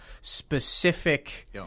specific